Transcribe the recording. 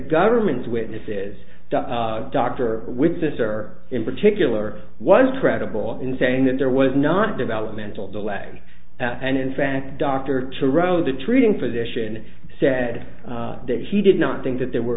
government's witnesses the doctor with sr in particular was credible in saying that there was not a developmental delay and in fact dr to row the treating physician said that he did not think that there were